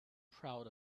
proud